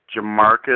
Jamarcus